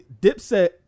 Dipset